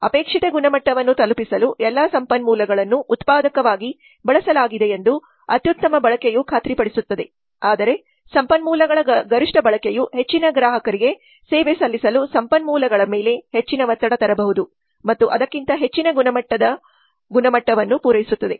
ಅಪೇಕ್ಷಿತ ಗುಣಮಟ್ಟವನ್ನು ತಲುಪಿಸಲು ಎಲ್ಲಾ ಸಂಪನ್ಮೂಲಗಳನ್ನು ಉತ್ಪಾದಕವಾಗಿ ಬಳಸಲಾಗಿದೆಯೆಂದು ಅತುತ್ತಮ ಬಳಕೆಯು ಖಾತ್ರಿಪಡಿಸುತ್ತದೆ ಆದರೆ ಸಂಪನ್ಮೂಲಗಳ ಗರಿಷ್ಠ ಬಳಕೆಯು ಹೆಚ್ಚಿನ ಗ್ರಾಹಕರಿಗೆ ಸೇವೆ ಸಲ್ಲಿಸಲು ಸಂಪನ್ಮೂಲಗಳ ಮೇಲೆ ಹೆಚ್ಚಿನ ಒತ್ತಡ ತರಬಹುದು ಮತ್ತು ಅದಕ್ಕಿಂತ ಹೆಚ್ಚಿನ ಗುಣಮಟ್ಟದ ಗುಣಮಟ್ಟವನ್ನು ಪೂರೈಸುತ್ತದೆ